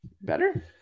better